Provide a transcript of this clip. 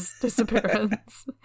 disappearance